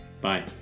Bye